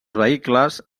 vehicles